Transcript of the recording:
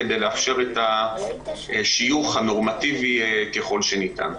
כדי לאפשר את השיוך הנורמטיבי ככל שניתן.